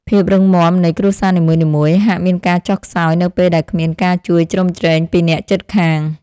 ភាពរឹងមាំនៃគ្រួសារនីមួយៗហាក់មានការចុះខ្សោយនៅពេលដែលគ្មានការជួយជ្រោមជ្រែងពីអ្នកជិតខាង។